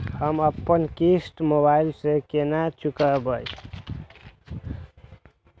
हम अपन किस्त मोबाइल से केना चूकेब?